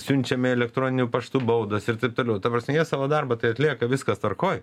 siunčiami elektroniniu paštu baudos ir taip toliau ta prasme jie savo darbą tai atlieka viskas tvarkoj